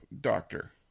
doctor